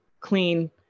clean